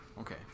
Okay